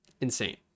insane